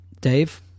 Dave